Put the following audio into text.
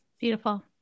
Beautiful